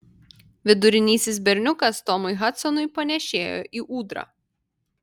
vidurinysis berniukas tomui hadsonui panėšėjo į ūdrą